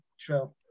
True